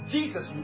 Jesus